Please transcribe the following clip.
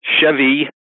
Chevy